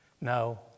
No